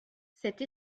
cette